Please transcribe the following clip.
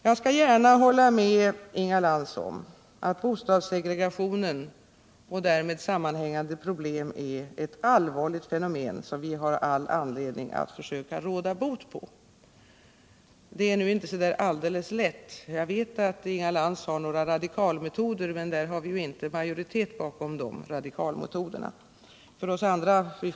Jag håller gärna med Inga Lantz om att bostadssegregationen och därmed sammanhängande problem Nr 142 är ett allvarligt fenomen som vi har all anledning att försöka råda bot på. Det är nu inte så lätt — jag vet att Inga Lantz har några radikala metoder, men det finns ju inte majoritet bakom dem. Vi andra får alltså pröva oss fram på annat sätt.